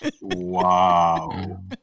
Wow